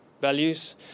values